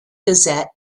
gazette